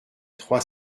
trois